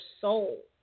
soul